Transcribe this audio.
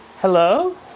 Hello